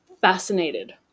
fascinated